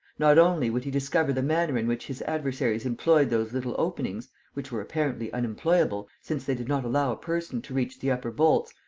not only would he discover the manner in which his adversaries employed those little openings, which were apparently unemployable, since they did not allow a person to reach the upper bolts,